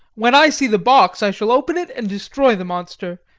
when i see the box i shall open it and destroy the monster,